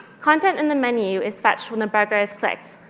content in the menu is fetched when the but is clicked.